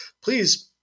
Please